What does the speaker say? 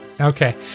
Okay